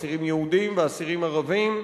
אסירים יהודים ואסירים ערבים.